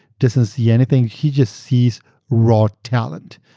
doesnaeurt see anything. he just sees raw talent.